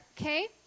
Okay